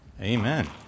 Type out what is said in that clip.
Amen